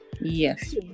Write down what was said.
Yes